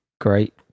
great